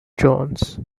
jones